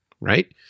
right